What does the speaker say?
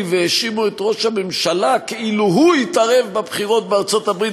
והאשימו את ראש הממשלה כאילו הוא התערב בבחירות בארצות-הברית,